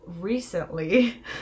recently